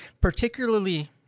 particularly